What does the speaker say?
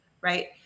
right